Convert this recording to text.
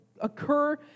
occur